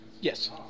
Yes